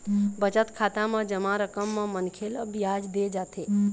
बचत खाता म जमा रकम म मनखे ल बियाज दे जाथे